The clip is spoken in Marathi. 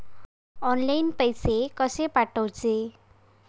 ऑनलाइन पैसे कशे पाठवचे?